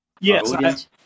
Yes